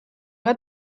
bat